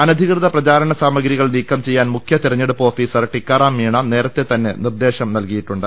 അനധികൃത പ്രചാരണ സാമഗ്രികൾ നീക്കംചെയ്യാൻ മുഖ്യതെരഞ്ഞെ ടുപ്പ് ഓഫീസർ ട്രിക്കാറാം മീണ നേരത്തെതന്നെ നിർദ്ദേശം നൽകിയിട്ടു ണ്ട്